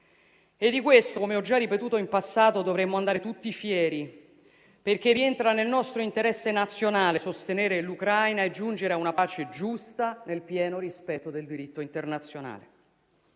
E di questo - come ho già ripetuto in passato - dovremmo andare tutti fieri, perché rientra nel nostro interesse nazionale sostenere l'Ucraina e giungere a una pace giusta, nel pieno rispetto del diritto internazionale.